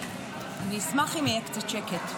אני אשמח אם יהיה קצת שקט.